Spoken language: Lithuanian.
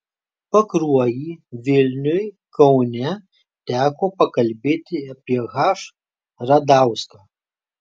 pakruojy vilniuj kaune teko pakalbėti apie h radauską